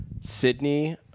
Sydney